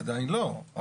עדיין לא.